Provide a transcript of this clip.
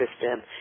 system